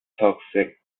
toxic